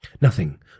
Nothing